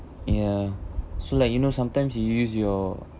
ya so like you know sometimes you use your